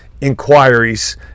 inquiries